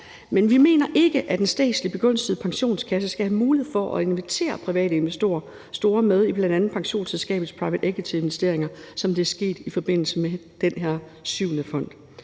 Men vi mener ikke, at en statslig begunstiget pensionskasse skal have mulighed for at invitere private investorer med i bl.a. pensionsselskabets private equity-investeringer, som det er sket i forbindelse med den her PEP VII-fond.